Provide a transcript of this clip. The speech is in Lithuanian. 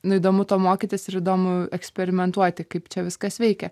nu įdomu to mokytis ir įdomu eksperimentuoti kaip čia viskas veikia